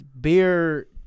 Beer